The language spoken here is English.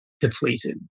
depleted